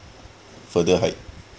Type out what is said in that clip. further height